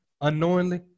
unknowingly